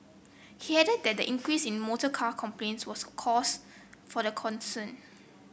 he added that the increase in motorcar complaints was a cause for the concern